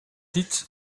dit